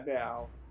now